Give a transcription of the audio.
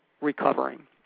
recovering